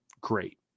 great